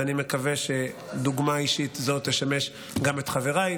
ואני מקווה שדוגמה אישית זו תשמש גם את חבריי,